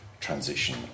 transition